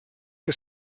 que